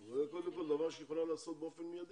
זה דבר שהרשות יכולה לעשות באופן מיידי.